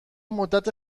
مدت